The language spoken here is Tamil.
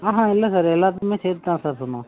ஆஹ இல்லை சார் எல்லாத்துக்குமே சேர்த்து தான் சார் சொன்னோம்